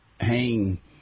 hang